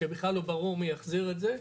שבכלל לא ברור מי יחזיר את זה.